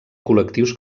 col·lectius